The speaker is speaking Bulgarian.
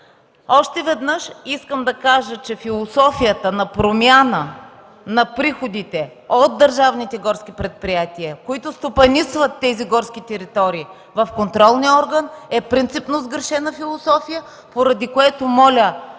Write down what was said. Още веднъж искам да кажа, че философията на промяна на приходите – от държавните горски предприятия, които стопанисват тези горски територии, в контролния орган, е принципно сгрешена философия, поради което моля